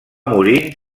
morir